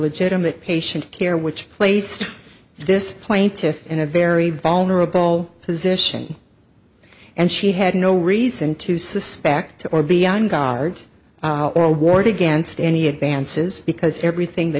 legitimate patient care which placed this plaintiff's in a very vulnerable position and she had no reason to suspect or be on guard or ward against any advances because everything the